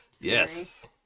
yes